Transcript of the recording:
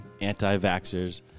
anti-vaxxers